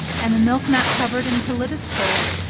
and the milk not covered until it is cold,